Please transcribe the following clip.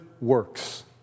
works